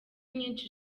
myinshi